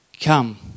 Come